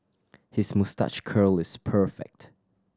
his moustache curl is perfect